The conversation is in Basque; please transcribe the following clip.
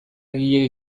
egile